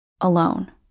alone